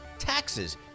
Taxes